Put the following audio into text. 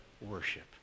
worship